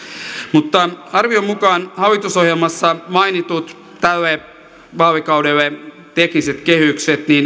mutta arvion mukaan hallitusohjelmassa mainitut tälle vaalikaudelle asetetut tekniset kehykset